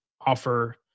offer